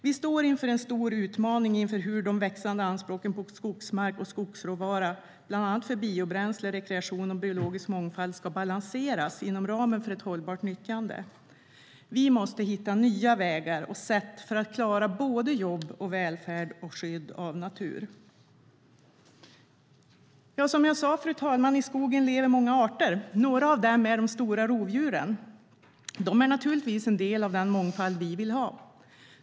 Vi står inför en stor utmaning när det gäller hur de växande anspråken på skogsmark och skogsråvara för bland annat biobränsle, rekreation och biologisk mångfald ska balanseras inom ramen för ett hållbart nyttjande. Vi måste hitta nya vägar och sätt för att klara såväl jobb och välfärd som skydd av natur. Som jag sade, fru talman, lever många arter i skogen. Några av dem är de stora rovdjuren. De är naturligtvis en del av den mångfald vi vill ha.